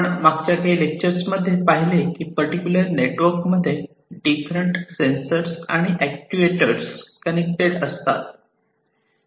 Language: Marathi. आपण मागच्या काही लेक्चर्स मध्ये पहिले कि पर्टिक्युलर नेटवर्क मध्ये डिफरंट आणि ऍक्टटूयएटोर्स कनेक्टेड असतात